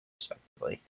respectively